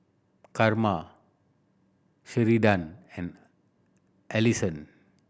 Karma Sheridan and Allyson